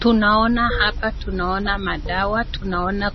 Tunaona hapa tunaona madawa, tunaona